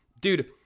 dude